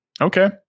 Okay